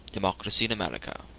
democracy in america,